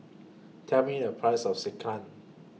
Tell Me The Price of Sekihan